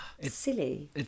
Silly